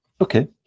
okay